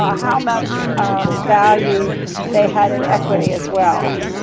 ah how much value they had an equity as well.